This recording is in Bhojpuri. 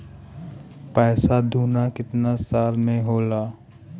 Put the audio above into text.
पैसा दूना कितना साल मे होला?